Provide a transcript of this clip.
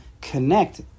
connect